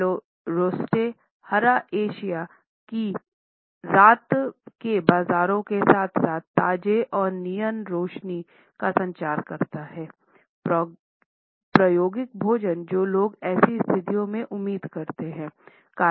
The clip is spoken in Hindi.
फ्लोरोसेंट हरा एशिया की रात के बाजारों के साथ साथ ताजे और नीयन रोशनी का संचार करता है प्रायोगिक भोजन जो लोग ऐसी स्थितियों में उम्मीद करते हैं